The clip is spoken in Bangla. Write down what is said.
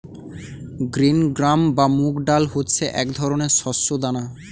গ্রিন গ্রাম বা মুগ ডাল হচ্ছে এক ধরনের শস্য দানা